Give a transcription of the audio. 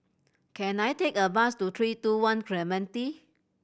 can I take a bus to Three Two One Clementi